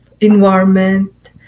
environment